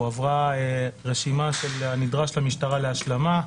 הועברה רשימה של הנדרש למשטרה להשלמה,